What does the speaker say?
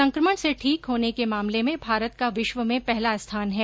संक्रमण से ठीक होने के मामले में भारत का विश्व में पहला स्थान है